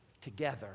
together